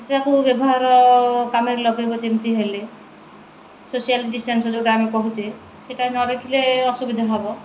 ସେଟାକୁ ବ୍ୟବହାର କାମରେ ଲଗାଇବ ଯେମିତି ହେଲେ ସୋସିଆଲ୍ ଡିଷ୍ଟାନ୍ସ ଯେଉଁଟା ଆମେ କହୁଛେ ସେଟା ନରଖିଲେ ଅସୁବିଧା ହେବ